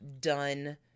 done